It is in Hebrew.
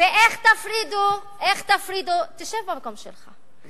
ואיך תפרידו, תשב במקום שלך.